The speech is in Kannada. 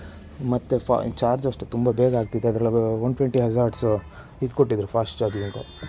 ಮತ್ತೆ ಚಾರ್ಜೂ ಅಷ್ಟೆ ತುಂಬ ಬೇಗ ಆಗ್ತಿತ್ತು ಅದರೊಳಗೆ ಒನ್ ಟ್ವೆಂಟಿ ಹಜ಼ಾರ್ಡ್ಸ್ ಇದು ಕೊಟ್ಟಿದ್ರು ಫಾ಼ಸ್ಟ್ ಚಾರ್ಜಿಂಗ್